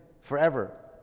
Forever